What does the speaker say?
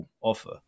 offer